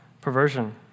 perversion